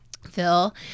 Phil